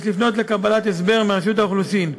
יש לפנות לקבלת הסבר מרשות האוכלוסין.